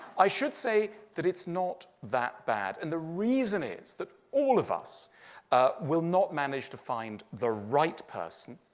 i should say that it's not that bad. and the reason is that all of us will not manage to find the right person,